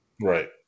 Right